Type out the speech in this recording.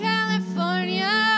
California